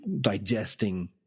digesting